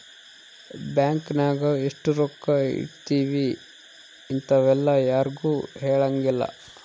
bank ನಾಗ ಎಷ್ಟ ರೊಕ್ಕ ಇಟ್ತೀವಿ ಇಂತವೆಲ್ಲ ಯಾರ್ಗು ಹೆಲಂಗಿಲ್ಲ